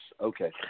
Okay